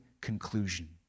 conclusion